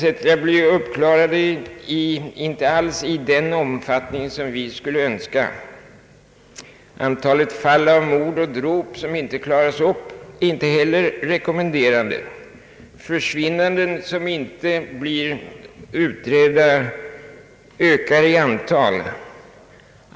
blir inte alls uppklarade i den omfattning vi skulle önska, Antalet fall av mord och dråp som inte klarats upp är inte heller rekommenderande. Försvinnanden som inte blir utredda ökar i antal.